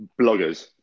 bloggers